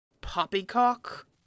Poppycock